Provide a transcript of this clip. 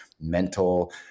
mental